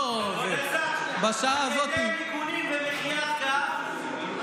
בשעה הזאת, כבוד השר,